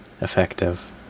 effective